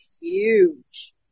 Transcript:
huge